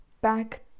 back